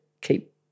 keep